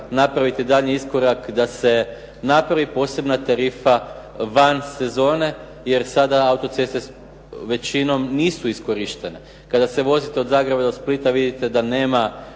napraviti daljnji iskorak da se napravi posebna tarifa van sezone jer sada autoceste većinom nisu iskorištene. Kada se vozite od Zagreba do Splita vidite da nema